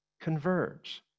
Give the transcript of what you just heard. converge